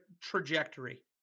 trajectory